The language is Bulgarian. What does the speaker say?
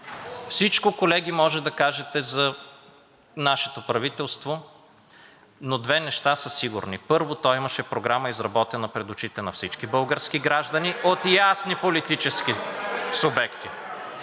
Всичко, колеги, може да кажете за нашето правителство, но две неща са сигурни. Първо, то имаше програма, изработена пред очите на всички български граждани (шум и реплики) от ясни политически субекти…